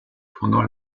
pendant